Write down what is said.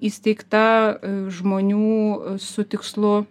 įsteigta žmonių su tikslu